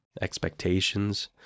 expectations